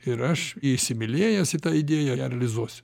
ir aš įsimylėjęs į tą idėją ją realizuosiu